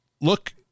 look